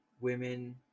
women